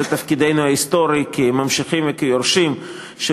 זה תפקידנו ההיסטורי כממשיכים וכיורשים של